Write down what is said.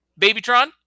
Babytron